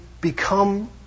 become